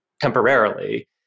temporarily